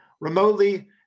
remotely